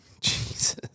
Jesus